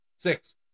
Six